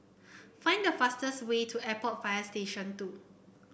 find the fastest way to Airport Fire Station Two